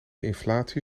inflatie